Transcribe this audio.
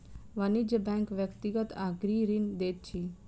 वाणिज्य बैंक व्यक्तिगत आ गृह ऋण दैत अछि